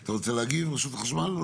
אתה רוצה להגיב, רשות החשמל?